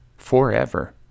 forever